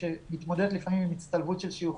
שלפעמים מתמודדת עם הצטלבות של שיוכים,